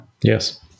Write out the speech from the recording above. Yes